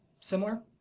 similar